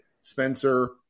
Spencer